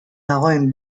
dagoen